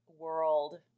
world